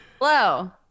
hello